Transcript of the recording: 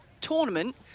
tournament